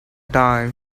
time